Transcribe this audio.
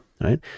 right